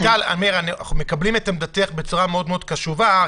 אנחנו מקבלים את עמדתך בצורה מאוד מאוד קשובה,